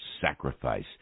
sacrifice